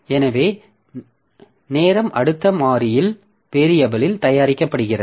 எனவே நேரம் அடுத்த மாறியில் தயாரிக்கப்படுகிறது